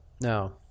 Now